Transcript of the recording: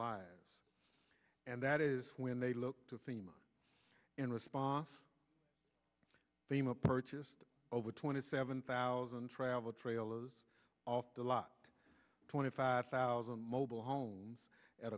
lives and that is when they look to theme in response thema purchased over twenty seven thousand travel trailers off the lot twenty five thousand mobile homes at